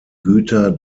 güter